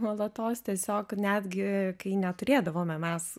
nuolatos tiesiog netgi kai neturėdavome mes